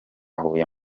huye